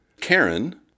Karen